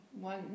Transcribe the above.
one